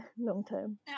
long-term